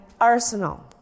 arsenal